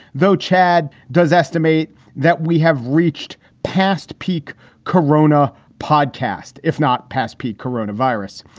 though chad does estimate that we have reached past peak corona podcast, if not past pete corona virus.